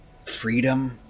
freedom